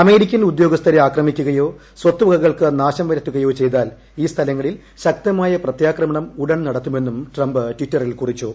American ഉദ്യോഗസ്കാ്ര് ആക്രമിക്കുകയോ സ്വത്തുവകകൾക്ക് നാശം വരുത്തുകയോ ഖ്ചെയ്താൽ ഈ സ്ഥലങ്ങളിൽ ശക്തമായ പ്രത്യാക്രണം ഉടൻ നടത്തുമെന്നും ട്രംപ് ടിറ്ററിൽ കുറിച്ചു